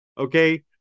Okay